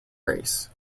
race